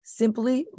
simply